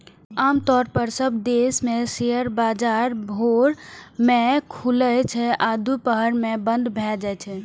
आम तौर पर सब देश मे शेयर बाजार भोर मे खुलै छै आ दुपहर मे बंद भए जाइ छै